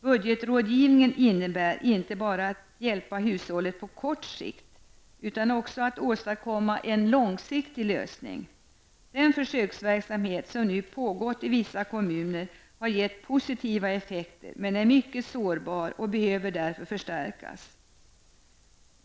Budgetrådgivning innebär inte bara att hjälpa hushållet på kort sikt, utan också att åstadkomma en långsiktig lösning. Den försöksverksamhet som nu pågått i vissa kommuner har gett positiva effekter, men den är mycket sårbar och behöver därför förstärkas.